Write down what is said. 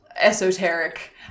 esoteric